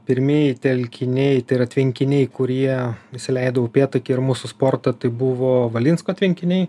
pirmieji telkiniai tai yra tvenkiniai kurie įsileido upėtakį ir mūsų sportą tai buvo valinsko tvenkiniai